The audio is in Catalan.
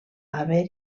haver